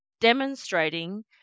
demonstrating